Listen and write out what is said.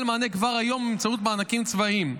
מענה כבר היום באמצעות מענקים צבאיים.